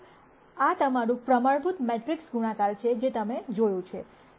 આ તમારું પ્રમાણભૂત મેટ્રિક્સ ગુણાકાર છે જે તમે જોયું છે